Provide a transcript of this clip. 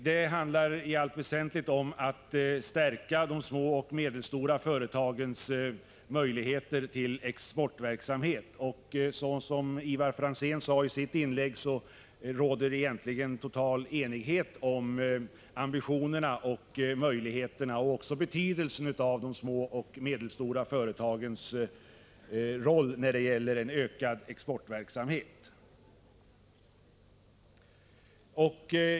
Det handlar i allt väsentligt om att stärka de små och medelstora företagens möjligheter till exportverksamhet. Som Ivar Franzén sade i sitt inlägg råder det egentligen total enighet om ambitionerna och möjligheterna liksom om betydelsen av de små och medelstora företagens roll när det gäller en ökad exportverksamhet.